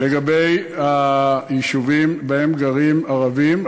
לגבי היישובים שבהם גרים ערבים,